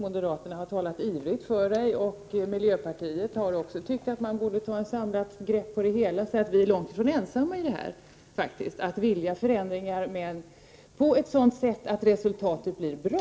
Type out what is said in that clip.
Moderaterna har talat ivrigt för det, och miljöpartiet har också tyckt att man borde ta ett samlat grepp på det hela, så vi är långt ifrån ensamma om att vilja förändringar men på ett sådant sätt att resultatet blir bra.